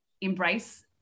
embrace